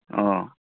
ꯑ